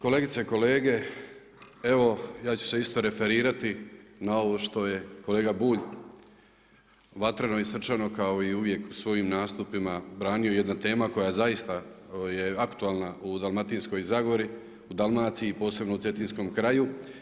Kolegice i kolege, evo ja ću se isto referirati na ovo što je kolega Bulj vatreno i srčano kao i uvijek u svojim nastupima branio, jedna tema koja zaista je aktualna u Dalmatinskoj zagori u Dalmaciji, posebno u cetinskom kraju.